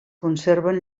conserven